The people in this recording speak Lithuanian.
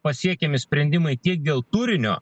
pasiekiami sprendimai tiek dėl turinio